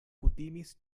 kutimis